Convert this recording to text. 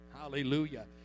Hallelujah